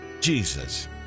jesus